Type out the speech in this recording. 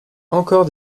encore